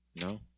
No